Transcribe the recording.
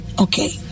Okay